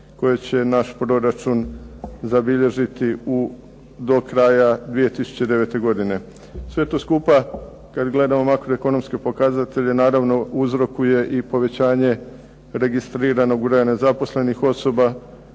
koje će naš proračun zabilježiti do kraja 2009. godine. Sve to skupa gledamo kad gledamo makroekonomske pokazatelje naravno uzrokuje i povećanje registriranog broja nezaposlenih osoba